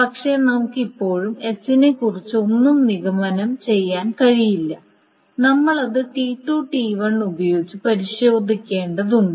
പക്ഷേ നമുക്ക് ഇപ്പോഴും S നെക്കുറിച്ച് ഒന്നും നിഗമനം ചെയ്യാൻ കഴിയില്ല നമ്മൾ അത് T2 T1 ഉപയോഗിച്ച് പരിശോധിക്കേണ്ടതുണ്ട്